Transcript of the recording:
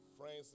friends